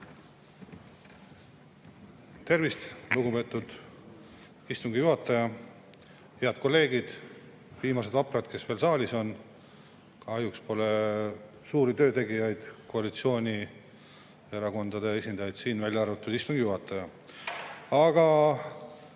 Tervist, lugupeetud istungi juhataja! Head kolleegid, viimased vaprad, kes veel saalis on! Kahjuks pole suuri töötegijaid, koalitsioonierakondade esindajaid siin, välja arvatud istungi juhataja. Aga